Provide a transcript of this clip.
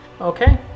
Okay